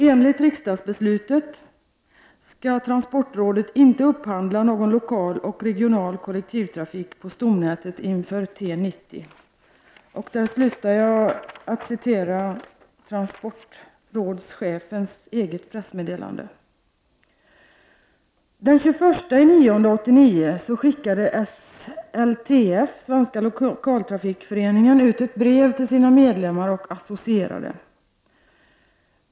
Enligt riksdagsbeslutet ska TPR inte upphandla någon lokal och regional kollektivtrafik på stomnätet inför T90.” Den 21 september 1989 skickade SLTF, Svenska lokaltrafikföreningen, ut ett brev till sina medlemmar och associerade.